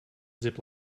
zip